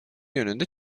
yönünde